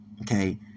okay